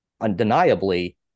undeniably